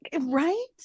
right